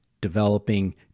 developing